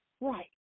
right